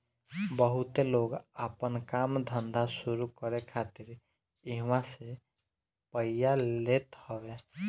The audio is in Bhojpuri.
बहुते लोग आपन काम धंधा शुरू करे खातिर इहवा से पइया लेत हवे